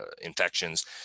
infections